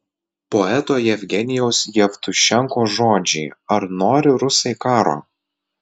poeto jevgenijaus jevtušenkos žodžiai ar nori rusai karo